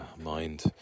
mind